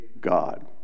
God